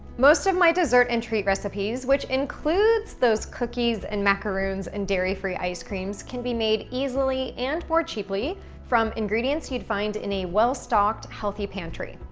most of my dessert and treat recipes, which includes those cookies and macaroons and dairy-free ice creams, can be made easily and more cheaply from ingredients you'd find in a well-stocked healthy pantry.